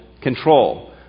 control